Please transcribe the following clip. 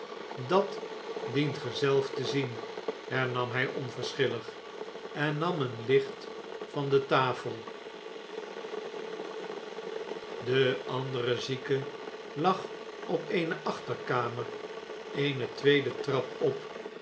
dat dient ge zelf te zien hernam h onverschillig en nam een licht van de tafel de andere zieke lag op eene achterkamer eene tweede trap op